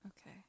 Okay